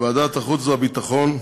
בוועדת החוץ והביטחון,